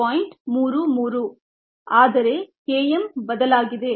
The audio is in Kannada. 33 ಆದರೆ Km ಬದಲಾಗಿದೆ